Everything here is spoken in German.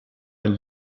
ein